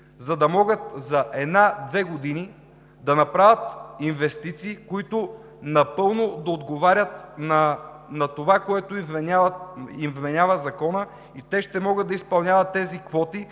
за да могат за една-две години да направят инвестиции, които напълно да отговарят на това, което им вменява Законът, и те ще могат да изпълняват тези квоти,